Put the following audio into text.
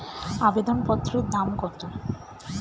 আবেদন পত্রের দাম কত?